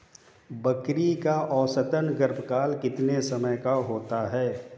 बकरी का औसतन गर्भकाल कितने समय का होता है?